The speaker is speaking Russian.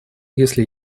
если